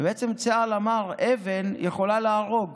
ובעצם צה"ל אמר: אבן יכולה להרוג